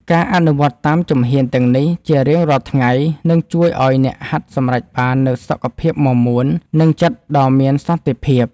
ការអនុវត្តតាមជំហានទាំងនេះជារៀងរាល់ថ្ងៃ នឹងជួយឱ្យអ្នកហាត់សម្រេចបាននូវសុខភាពមាំមួន និងចិត្តដ៏មានសន្តិភាព។